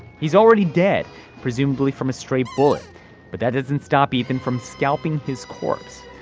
he's already dead presumably from stray bullet but that doesn't stop ethan from scalping his corpse.